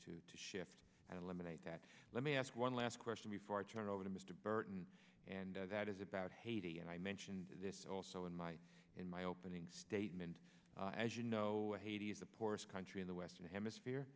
to to shift and eliminate that let me ask one last question before i turn it over to mr burton and that is about haiti and i mentioned this also in my in my opening statement as you know haiti is the poorest country in the western hemisphere